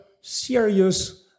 serious